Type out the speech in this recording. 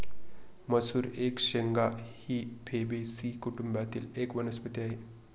मसूर एक शेंगा ही फेबेसी कुटुंबातील एक वनस्पती आहे